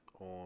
on